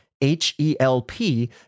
H-E-L-P